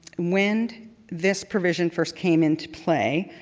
when this provisions first came into play,